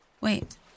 Wait